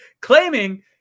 claiming